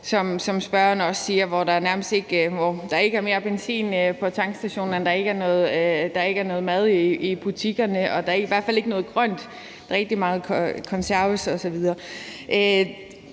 som spørgeren også siger, nærmest ikke er mere benzin på tankstationerne, der ikke er noget mad i butikkerne, i hvert fald ikke noget grønt. Der er rigtig meget konserves osv.